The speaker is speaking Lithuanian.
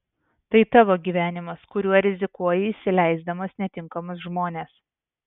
tai tavo gyvenimas kuriuo rizikuoji įsileisdamas netinkamus žmones